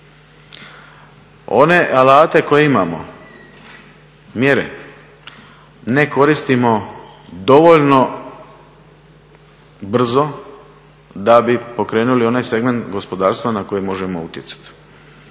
One alate koje imamo, mjere, ne koristimo dovoljno brzo da bi pokrenuli onaj segment gospodarstva na koji možemo utjecati.